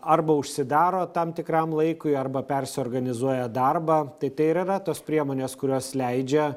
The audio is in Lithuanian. arba užsidaro tam tikram laikui arba persiorganizuoja darbą tai tai ir yra tos priemonės kurios leidžia